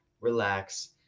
relax